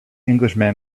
englishman